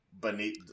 beneath